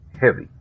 heavy